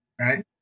right